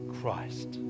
Christ